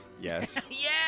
Yes